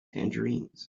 tangerines